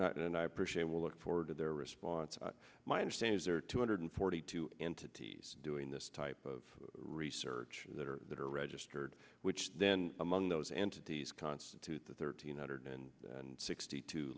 not and i appreciate we'll look forward to their response my understanding is there are two hundred forty two entities doing this type of research that are that are registered which then among those entities constitute the thirteen hundred and sixty two